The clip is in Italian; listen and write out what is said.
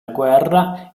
guerra